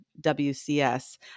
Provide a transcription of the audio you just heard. WCS